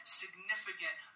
significant